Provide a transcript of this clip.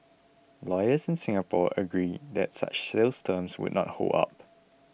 lawyers in Singapore agree that such sales terms would not hold up